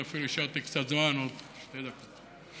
אני אפילו השארתי קצת זמן, שתי דקות.